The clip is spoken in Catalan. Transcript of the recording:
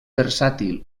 versàtil